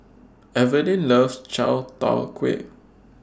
Evalyn loves Chai Tow Kuay